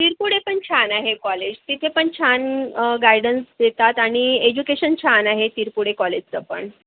तिरपुडे पण छान आहे कॉलेज तिथे पण छान गायडन्स देतात आणि एज्युकेशन छान आहे तिरपुडे कॉलेजचं पण